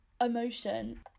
emotion